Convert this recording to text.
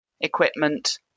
equipment